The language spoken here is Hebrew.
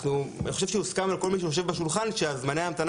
אני חושב שכל מי שיושב בשולחן יסכים שזמני ההמתנה